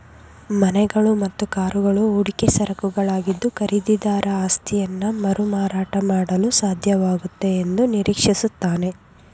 ಮನೆಗಳು ಮತ್ತು ಕಾರುಗಳು ಹೂಡಿಕೆ ಸರಕುಗಳಾಗಿದ್ದು ಖರೀದಿದಾರ ಆಸ್ತಿಯನ್ನಮರುಮಾರಾಟ ಮಾಡಲುಸಾಧ್ಯವಾಗುತ್ತೆ ಎಂದುನಿರೀಕ್ಷಿಸುತ್ತಾನೆ